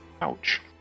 ouch